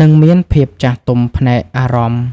និងមានភាពចាស់ទុំផ្នែកអារម្មណ៍។